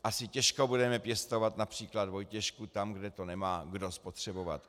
Asi těžko budeme pěstovat například vojtěšku tam, kde to nemá kdo spotřebovat.